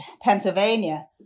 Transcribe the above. Pennsylvania